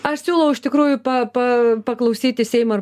aš siūlau iš tikrųjų pa pa paklausyti seimo ir